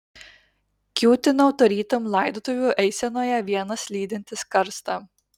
kiūtinau tarytum laidotuvių eisenoje vienas lydintis karstą